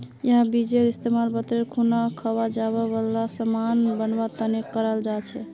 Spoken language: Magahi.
यहार बीजेर इस्तेमाल व्रतेर खुना खवा जावा वाला सामान बनवा तने कराल जा छे